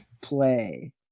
play